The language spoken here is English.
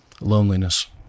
Loneliness